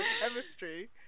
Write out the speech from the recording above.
chemistry